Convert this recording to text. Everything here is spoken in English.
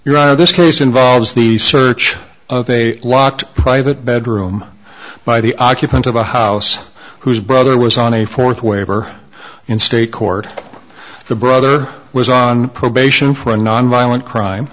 out of this case involves the search of a locked private bedroom by the occupant of a house whose brother was on a fourth waiver in state court the brother was on probation for a nonviolent crime